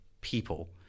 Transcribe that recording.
people